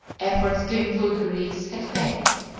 efforts to include greece had failed.